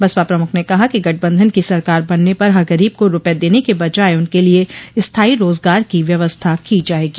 बसपा प्रमुख ने कहा कि गठबंधन की सरकार बनने पर हर गरीब को रूपये देने के बजाय उनके लिये स्थायी रोजगार को व्यवस्था की जायेगी